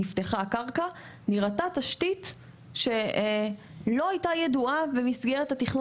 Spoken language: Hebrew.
נפתחה הקרקע ונראתה תשתית שלא הייתה ידועה במסגרת התכנון